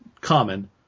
common